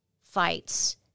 fights